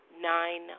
nine